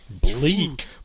bleak